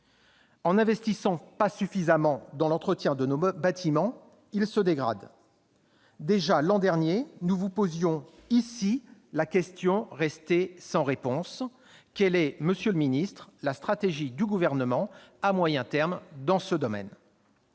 n'investissons pas suffisamment dans l'entretien de nos bâtiments, ils se dégradent. Déjà, l'an dernier, nous vous posions ici la question suivante, restée sans réponse : quelle est, monsieur le ministre, la stratégie du Gouvernement à moyen terme dans ce domaine ?